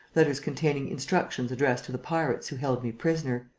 letters containing instructions addressed to the pirates who held me prisoner.